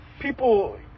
people